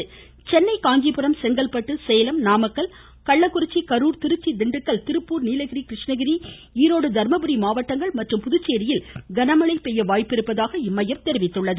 அதேவேளையில் சென்னை காஞ்சிபுரம் செங்கல்பட்டு சேலம் நாமக்கல் கள்ளக்குறிச்சி கரூர் திருச்சி திண்டுக்கல் திருப்பூர் நீலகிரி கிருஷ்ணகிரி ஈரோடு தர்மபுரி மாவட்டங்கள் மற்றும் புதுச்சேரியில் கன மழை பெய்ய வாய்ப்பிருப்பதாக இம்மையம் கூறியுள்ளது